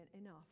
enough